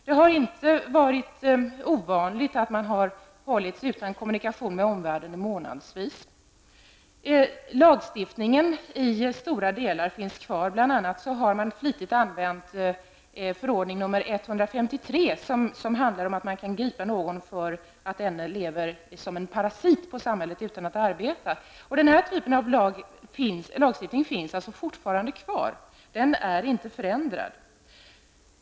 Det har inte varit ovanligt att man hållits avskild från kommunikation med omvärlden månadsvis. Lagstiftningen finns i stora delar kvar. Bl.a. har man flitigt använt förordning nr 153, där det stadgas att man kan gripa någon för att denne lever som en parasit på samhället utan att arbeta. Denna typ av lagstiftning finns alltså fortfarande kvar, och den är inte förändrad.